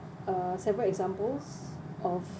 uh several examples of